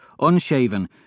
unshaven